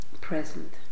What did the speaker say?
present